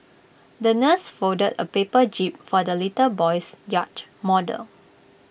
the nurse folded A paper jib for the little boy's yacht model